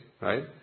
Right